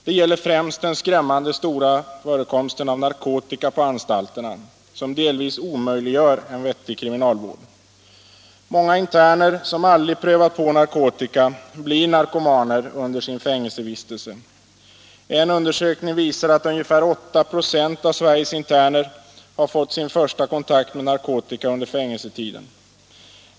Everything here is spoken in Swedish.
Det gäller främst den skrämmande stora förekomsten av narkotika på anstalterna, som delvis omöjliggör en vettig kriminalvård. Många interner som aldrig prövat på narkotika blir narkomaner under sin fängelsevistelse. En undersökning visar att ungefär 8 26 av Sveriges interner har fått sin första kontakt med narkotika under fängelsetiden.